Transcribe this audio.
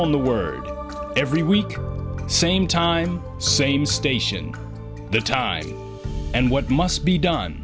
on the word every week same time same station the time and what must be done